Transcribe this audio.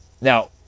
Now